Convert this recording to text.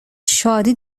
شادی